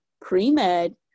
pre-med